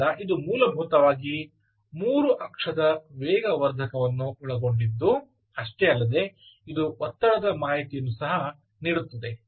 ಆದ್ದರಿಂದ ಇದು ಮೂಲಭೂತವಾಗಿ 3 ಅಕ್ಷದ ವೇಗವರ್ಧಕವನ್ನು ಒಳಗೊಂಡ್ದಿದ್ದು ಅಷ್ಟೇ ಅಲ್ಲದೆ ಇದು ಒತ್ತಡದ ಮಾಹಿತಿಯನ್ನು ಸಹ ನೀಡುತ್ತದೆ